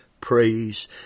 praise